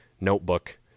notebook